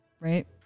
right